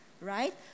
right